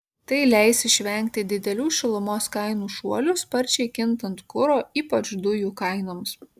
tai leis išvengti didelių šilumos kainų šuolių sparčiai kintant kuro ypač dujų kainoms